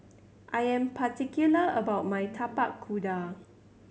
I am particular about my Tapak Kuda